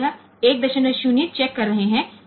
0 check કરીએ છીએ ત્યારે આપણે આ પિન તપાસી રહ્યા છીએ